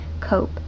Cope